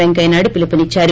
పెంకయ్య నాయుడు పిలుపునిచ్చారు